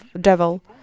devil